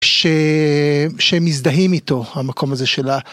ש שמזדהים איתו, המקום הזה שלה.